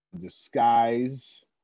disguise